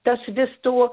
tas vis tų